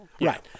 Right